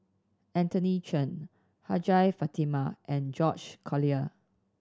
Anthony Chen Hajjah Fatimah and George Collyer